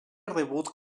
rebut